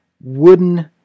wooden